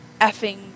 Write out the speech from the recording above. effing